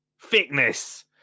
Thickness